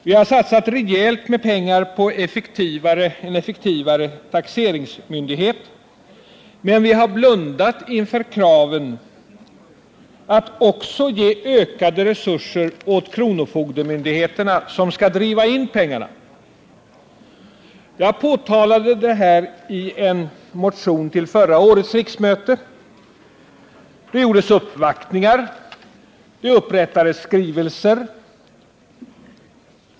Vi har satsat rejält med pengar för att få en effektivare taxeringsmyndighet, men vi har blundat för kraven på ökade resurser till kronofogdemyndigheterna, som skall driva in pengarna. Jag påpekade detta i en motion till förra årets riksmöte. Det gjordes uppvaktningar, och det upprättades skrivelser.